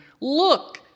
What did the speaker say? look